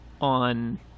on